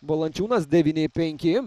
valančiūnas devyni penki